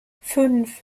fünf